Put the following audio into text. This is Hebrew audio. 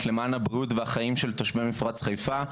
למען הבריאות והחיים של תושבי מפרץ חיפה,